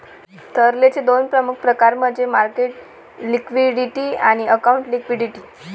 तरलतेचे दोन मुख्य प्रकार म्हणजे मार्केट लिक्विडिटी आणि अकाउंटिंग लिक्विडिटी